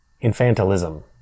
infantilism